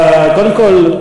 לא פה.